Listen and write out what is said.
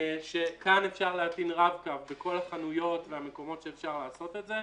כאן אפשר להטעין רב קו - בכל החנויות והמקומות שאפשר לעשות את זה.